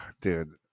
Dude